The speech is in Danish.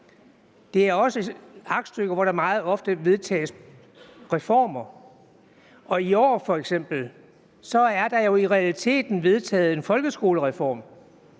det er også et aktstykke, hvor der meget ofte vedtages reformer. Og i år er der f.eks. i realiteten vedtaget en folkeskolereform,